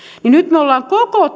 niin nyt me olemme koko